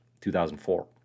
2004